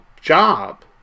job